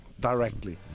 directly